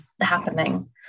happening